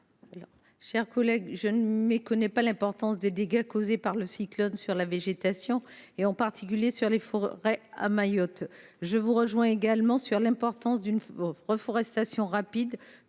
Mon cher collègue, je ne méconnais pas l’importance des dégâts causés par le cyclone sur la végétation, en particulier sur les forêts, à Mayotte. Je vous rejoins également sur l’importance d’une reforestation rapide,